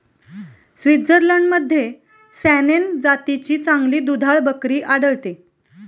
स्वित्झर्लंडमध्ये सॅनेन जातीची चांगली दुधाळ बकरी आढळते